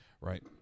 right